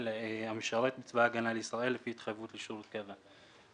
המשרת בצבא הגנה לישראל לפי התחייבות לשירות קבע.